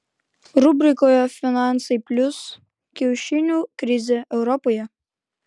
rubrikoje finansai plius kiaušinių krizė europoje